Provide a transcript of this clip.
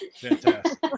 fantastic